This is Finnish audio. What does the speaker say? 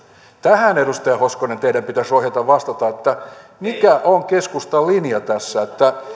tähän edustaja hoskonen teidän pitäisi rohjeta vastata mikä on keskustan linja tässä